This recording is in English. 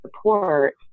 support